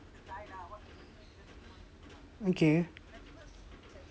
okay